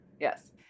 Yes